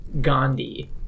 Gandhi